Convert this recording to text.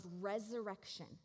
resurrection